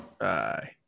Aye